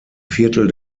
viertel